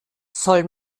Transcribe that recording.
soll